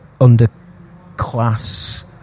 underclass